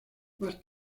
más